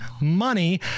money